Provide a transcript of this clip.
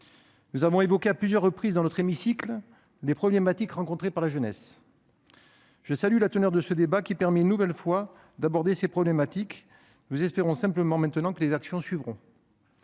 Nous avons évoqué à plusieurs reprises dans notre hémicycle les problématiques rencontrées par la jeunesse. Je salue la tenue de ce débat, qui permet une nouvelle fois d'aborder ces problématiques. Maintenant, nous espérons simplement que les actions suivront.